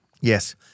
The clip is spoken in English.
yes